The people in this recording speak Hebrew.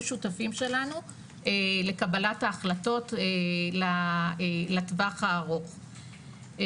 שותפים שלנו לקבלת ההחלטות לטווח הארוך.